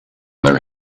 their